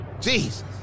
Jesus